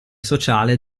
sociale